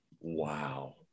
Wow